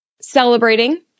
celebrating